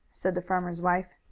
said the farmer's wife.